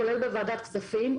כולל בוועדת כספים,